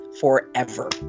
forever